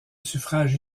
suffrage